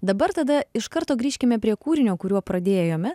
dabar tada iš karto grįžkime prie kūrinio kuriuo pradėjome